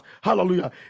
Hallelujah